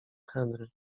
henry